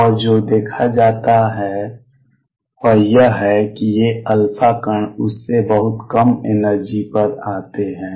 और जो देखा जाता है वह यह है कि ये α कण उससे बहुत कम एनर्जी पर आते हैं